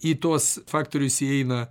į tuos faktorius įeina